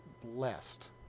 blessed